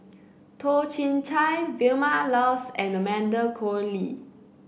Toh Chin Chye Vilma Laus and Amanda Koe Lee